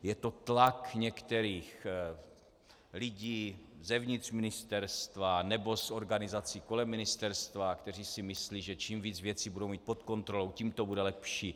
Je to tlak některých lidí zevnitř ministerstva nebo z organizací kolem ministerstva, kteří si myslí, že čím víc věcí budou mít pod kontrolou, tím to bude lepší.